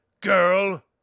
girl